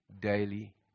daily